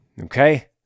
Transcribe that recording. Okay